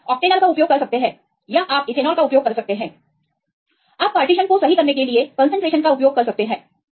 आप ऑक्टेनॉल का उपयोग कर सकते हैं आप इथेनॉल का उपयोग कर सकते हैं आप पार्टीशन को सही करने के लिए कंसंट्रेशन का उपयोग कर सकते हैं